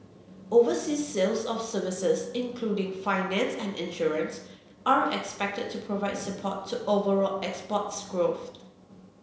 overseas sales of services including finance and insurance are expected to provide support to overall exports growth